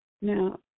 now